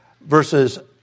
verses